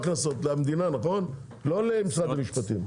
הקנסות הולכות למדינה ולא למשרד המשפטים.